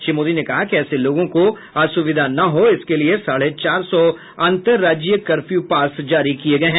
श्री मोदी ने कहा कि ऐसे लोगों को असुविधा न हो इसके लिए साढ़े सात सौ अन्तर राज्यीय कर्फ्यू पास जारी किये गये हैं